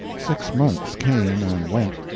six months came and went.